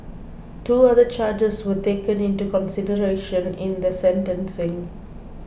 two other charges were taken into consideration in the sentencing